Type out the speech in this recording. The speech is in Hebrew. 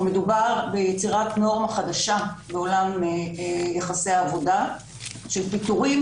כאן מדובר ביצירת נורמה חדשה מעולם יחסי העבודה של פיטורים